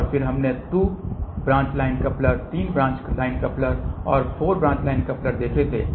और फिर हमने 2 branch line coupler 3 branch line coupler और 4 ब्रांच लाइन कपलर देखे थे